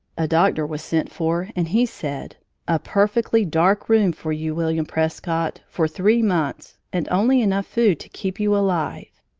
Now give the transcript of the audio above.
a doctor was sent for and he said a perfectly dark room for you, william prescott, for three months, and only enough food to keep you alive!